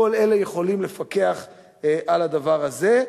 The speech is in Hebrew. כל אלה יכולים לפקח על הדבר הזה.